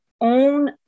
own